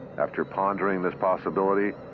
after pondering this possibility,